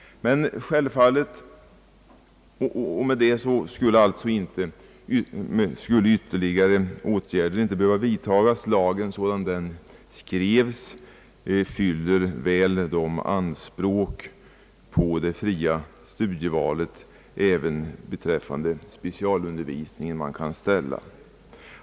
Därmed skulle ytterligare åtgärder icke behöva vidtagas. Lagen sådan den skrevs fyller väl de anspråk på det i princip fria studievalet även beträffande specialundervisningen.